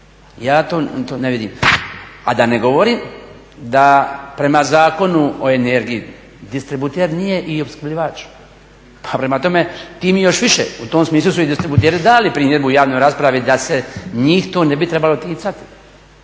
Ja to ne vidim, a da ne govorim da prema Zakonu o energiji distributer nije i opskrbljivač. Pa prema tome, tim i još više u tom smislu su i distributeri dali primjedbu javnoj raspravi da se njih to ne bi trebalo ticati,